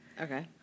Okay